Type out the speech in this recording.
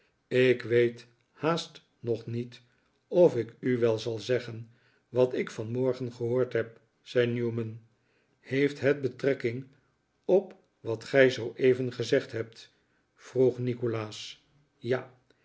ik weet haast nog niet of ik u wel zal zeggen wat ik vanmorgen gehoord heb zei newman heeft het betrekking op wat gij zooeven gezegd hebt vroeg nikolaas ja